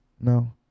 No